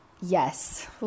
Yes